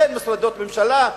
אין מוסדות ממשלה,